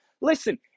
Listen